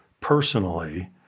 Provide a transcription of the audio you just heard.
personally